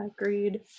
agreed